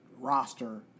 roster